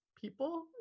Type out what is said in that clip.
people